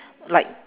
like